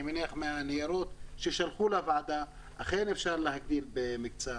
אני מניח מהניירות ששלחו לוועדה שאכן אפשר להגדיל במקצת,